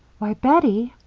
why, bettie,